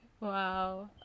Wow